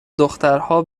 دخترها